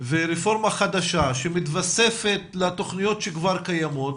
חדשה שמתווספת לתוכניות שכבר קיימות,